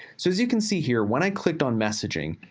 so as you can see here, when i clicked on messaging,